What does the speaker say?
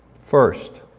First